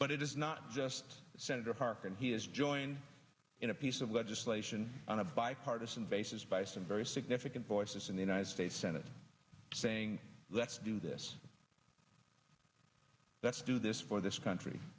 but it is not just senator harkin he has joined in a piece of legislation on a bipartisan basis by some very significant voices in the united states senate saying let's do this let's do this for this country